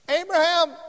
Abraham